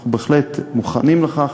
אנחנו בהחלט מוכנים לכך,